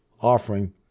offering